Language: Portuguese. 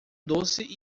doce